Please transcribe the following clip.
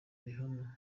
rihanna